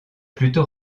plutôt